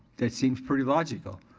that seems pretty logical.